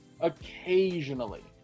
Occasionally